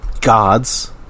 gods